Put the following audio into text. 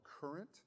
current